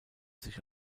sich